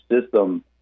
system